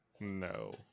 No